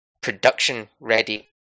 production-ready